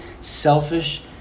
selfish